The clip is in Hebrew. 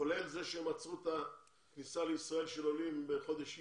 כולל זה שהם עצרו את הכניסה לישראל של עולים בחודש יוני.